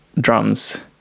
drums